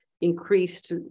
increased